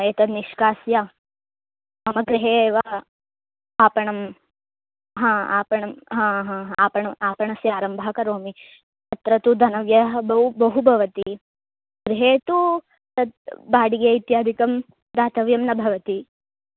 एतद् निष्कास्य मम गृहे एव आपणं हा आपणं हा हा हा आपणम् आपणस्य आरम्भः करोमि तत्र धनव्ययः बहु बहु भवति गृहे तु तद् बाडिगे इत्यादिकं दातव्यं न भवति